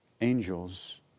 angels